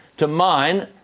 to mine,